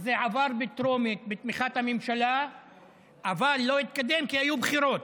וזה עבר בטרומית בתמיכת הממשלה אבל לא התקדם כי היו בחירות.